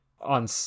on